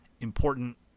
important